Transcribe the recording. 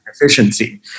efficiency